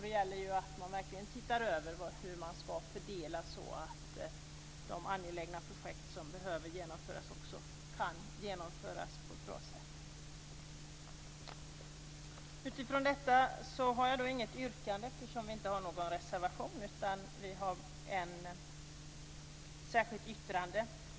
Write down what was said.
Det gäller att man verkligen tittar över hur man ska fördela så att de angelägna projekt som behöver genomföras också kan genomföras på ett bra sätt. Utifrån detta har jag inget yrkande. Vi har inte någon reservation utan ett särskilt yttrande.